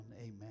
Amen